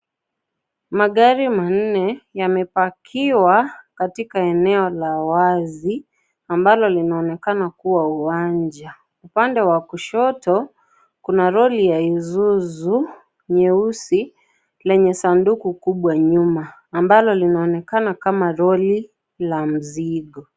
Magari manne yamepakiwa katika eneo la wazi ambalo linaonekana kuwa uwanja. Upande wa kushoto, kuna lori ya Isuzu nyeusi lenye sanduku kubwa nyuma, ambalo linaonekana kama lori la mzigo.